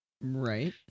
Right